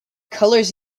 colors